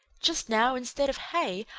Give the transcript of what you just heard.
just now, instead of hay,